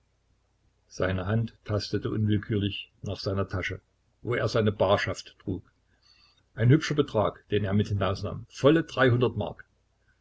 seine hand tastete unwillkürlich nach seiner tasche wo er seine barschaft trug ein hübscher betrag den er mit hinausnahm volle mark